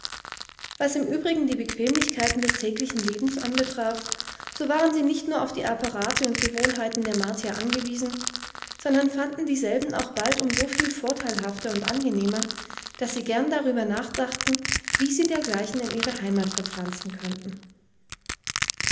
was im übrigen die bequemlichkeiten des täglichen lebens anbetraf so waren sie nicht nur auf die apparate und gewohnheiten der martier angewiesen sondern fanden dieselben auch bald um so viel vorteilhafter und angenehmer daß sie gern darüber nachdachten wie sie dergleichen in ihre heimat verpflanzen könnten